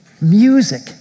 music